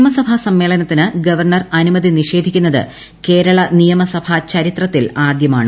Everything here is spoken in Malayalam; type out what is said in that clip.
നിയമസഭാ സമ്മേളനത്തിന് ഗവർണർ അനുമതി നിഷേധിക്കുന്നത് കേരള നിയമസഭാ ചരിത്രത്തിൽ ആദ്യമാണ്